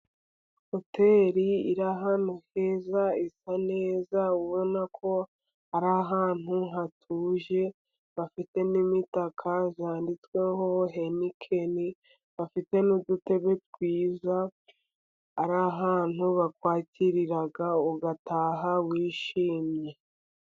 Hoteri iri ahantu heza, isa neza, urabona ko ari ahantu hatuje, bafite n'imitaka yanditsweho henikeni. Bafite n'udutebe twiza, ari ahantu bakwakirira ugataha wishimye.